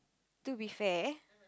to be fair